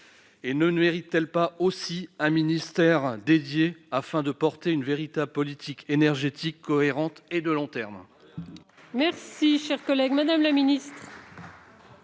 Ne mérite-t-elle pas aussi un ministère dédié, afin de porter une véritable politique énergétique cohérente et de long terme ?